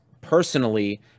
personally